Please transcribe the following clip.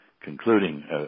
concluding